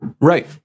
Right